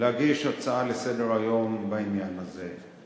להגיש הצעה לסדר-היום בעניין הזה,